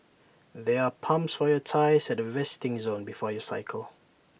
there are pumps for your tyres at the resting zone before you cycle